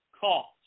cost